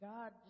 God